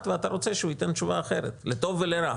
ואתה רוצה שהוא ייתן תשובה אחרת לטוב ולרע.